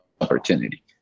opportunity